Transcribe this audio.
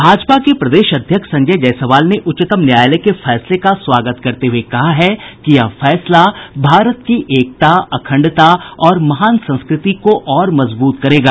भाजपा के प्रदेश अध्यक्ष संजय जायसवाल ने उच्चतम न्यायालय के फैसले का स्वागत करते हुये कहा है कि यह फैसला भारत की एकता अखंडता और महान संस्कृति को और मजबूत करेगा